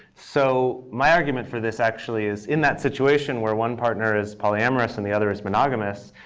so my argument for this, actually, is in that situation where one partner is polyamorous and the other is monogamous,